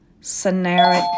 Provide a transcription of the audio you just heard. scenario